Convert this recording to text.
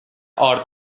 ارد